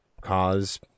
cause